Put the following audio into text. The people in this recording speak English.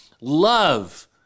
love